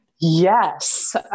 Yes